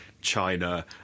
China